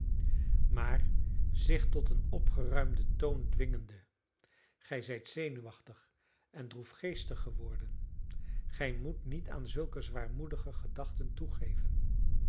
maar zich tot een opgeruimden toon dwingende gij zijt zenuwachtig en droefgeestig geworden gij moet niet aan zulke zwaarmoedige gedachten toegeven